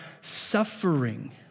suffering